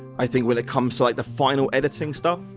i think when it comes to like the final editing stuff.